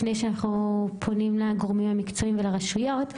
לפני שאנחנו פונים לגורמים המקצועיים ולרשויות,